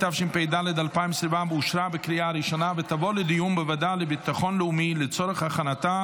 התשפ"ד 2024, לוועדה לביטחון לאומי נתקבלה.